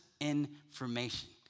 information